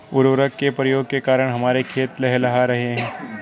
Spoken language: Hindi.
उर्वरक के प्रयोग के कारण हमारे खेत लहलहा रहे हैं